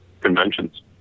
conventions